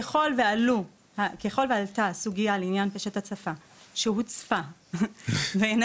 ככל ועלתה הסוגייה לעניין פשט ההצפה שהוצפה בעיני